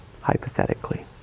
hypothetically